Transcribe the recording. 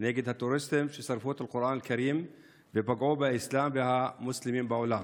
נגד הטרוריסטים ששרפו את הקוראן אל-כרים ופגעו באסלאם ובמוסלמים בעולם.